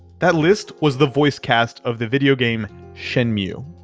that list was the voice cast of the video game shenmue.